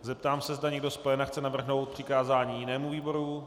Zeptám se, zda někdo z pléna chce navrhnout přikázání jinému výboru.